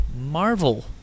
Marvel